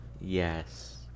Yes